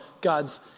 God's